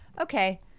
okay